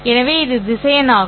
எனவே இது திசையன் ஆகும்